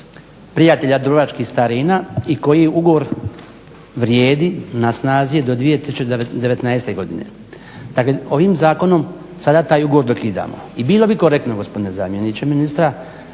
prijatelja dubrovačkih starina i koji ugovor vrijedi, na snazi je do 2019. godine. Dakle, ovim zakonom sada taj ugovor dokidamo. I bilo bi korektno gospodine zamjeniče ministra